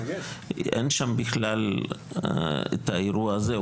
אין בכלל את האירוע הזה.